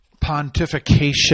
pontification